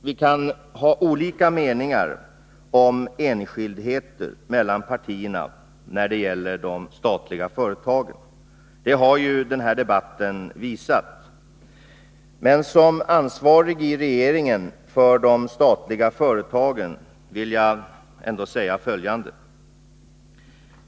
Vi kan ha olika meningar om enskildheter mellan partierna när det gäller de statliga företagen. Det har denna debatt visat. Som ansvarig i regeringen för de statliga företagen vill jag ändå säga följande.